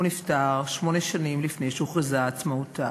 הוא נפטר שמונה שנים לפני שהוכרזה עצמאותה.